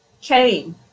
came